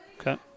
Okay